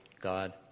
God